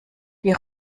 die